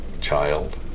child